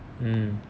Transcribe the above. mm